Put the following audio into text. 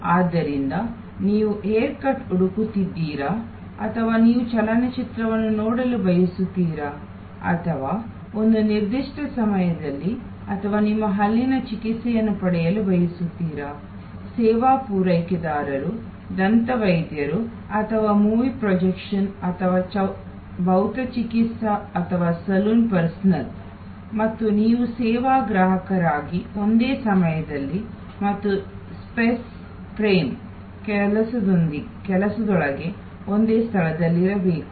ಆದ್ದರಿಂದ ನೀವು ಹೇರ್ ಕಟ್ಗಾಗಿ ಹುಡುಕುತ್ತಿದ್ದೀರಾ ಅಥವಾ ನೀವು ಚಲನಚಿತ್ರವನ್ನು ನೋಡಲು ಬಯಸುತ್ತೀರಾ ಅಥವಾ ಒಂದು ನಿರ್ದಿಷ್ಟ ಸಮಯದಲ್ಲಿ ಅಥವಾ ನಿಮ್ಮ ಹಲ್ಲಿನ ಚಿಕಿತ್ಸೆಯನ್ನು ಪಡೆಯಲು ಬಯಸುತ್ತೀರಾ ಸೇವಾ ಪೂರೈಕೆದಾರರು ದಂತವೈದ್ಯರು ಅಥವಾ ಮೂವಿ ಪ್ರೊಜೆಕ್ಷನ್ ಅಥವಾ ಭೌತಚಿಕಿತ್ಸಕ ಅಥವಾ ಸಲೂನ್ ಪರ್ಸನಲ್ ಮತ್ತು ನೀವು ಸೇವಾ ಗ್ರಾಹಕರಾಗಿ ಒಂದೇ ಸಮಯದಲ್ಲಿ ಮತ್ತು ಸ್ಪೇಸ್ ಫ್ರೇಮ್ ಕೆಲಸದೊಳಗೆ ಒಂದೇ ಸ್ಥಳದಲ್ಲಿರಬೇಕು